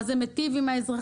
במה זה מיטיב עם האזרחים.